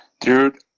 Dude